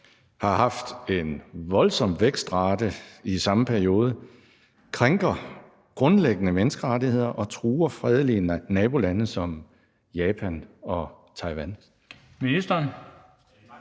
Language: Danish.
har haft en voldsom vækstrate i samme periode, krænker grundlæggende menneskerettigheder og truer fredelige nabolande som Japan og Taiwan?